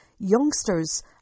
youngsters